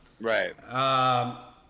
right